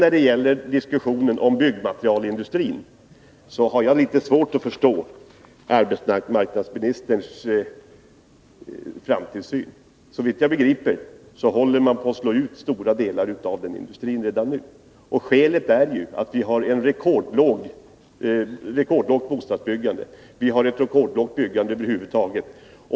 När det gäller diskussionen om byggmaterialindustrin har jag litet svårt att förstå arbetsmarknadsministerns framtidssyn. Såvitt jag begriper håller man på att slå ut stora delar av den industrin redan nu. Skälet är ju att vi har ett rekordlågt bostadsbyggande. Vi har ett rekordlågt byggande över huvud taget.